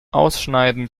ausschneiden